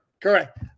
Correct